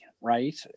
right